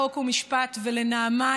חוק ומשפט ולנעמה,